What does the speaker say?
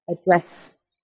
address